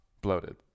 bloated